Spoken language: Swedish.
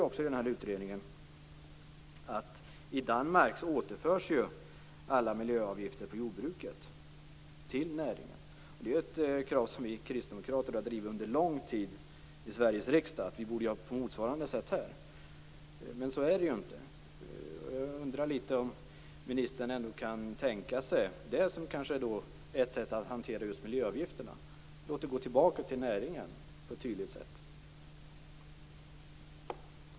I utredningen konstateras att alla miljöavgifter på jordbruket i Danmark återförs till näringen. Vi kristdemokrater har under lång tid drivit kravet i Sveriges riksdag att vi borde göra på motsvarande sätt här. Men det gör vi inte. Kan ministern tänka sig att låta miljöavgifterna gå tillbaka till näringen på ett tydligt sätt?